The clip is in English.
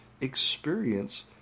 experience